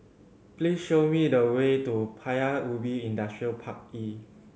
please show me the way to Paya Ubi Industrial Park E